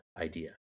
idea